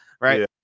Right